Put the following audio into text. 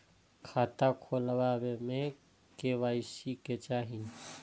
खाता खोला बे में के.वाई.सी के चाहि?